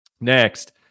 Next